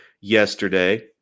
yesterday